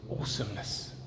awesomeness